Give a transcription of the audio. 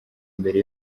mbere